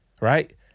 right